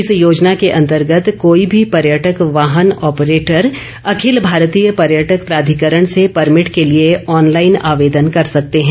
इस योजना के अन्तर्गत कोई भी पर्यटक वाहन ऑपरेटर अखिल भारतीय पर्यटक प्राधिकरण से परमिट के लिए ऑनलाइन आवेदन कर सकते हैं